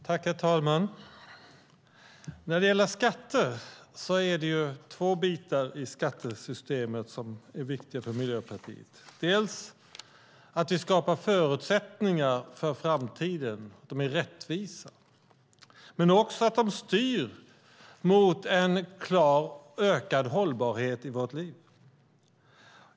Herr talman! Det finns två bitar i skattesystemet som är viktigt för Miljöpartiet, dels att skapa rättvisa förutsättningar för framtiden, dels att styra mot en klar ökad hållbarhet i våra liv.